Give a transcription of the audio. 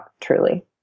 truly